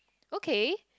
okay